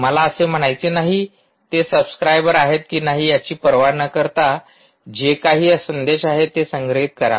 मला असे म्हणायचे नाही ते सब्सक्राइबर आहेत की नाही याची पर्वा न करता जे काही संदेश आहेत ते संग्रहित करा